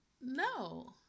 No